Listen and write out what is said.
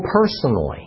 personally